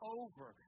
over